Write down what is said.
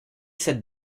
cette